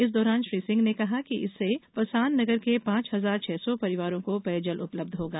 इस दौरान श्री सिंह ने कहा कि इससे पसान नगर के पांच हजार छह सौ परिवारों को पेयजल उपलब्ध होगा